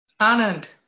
Anand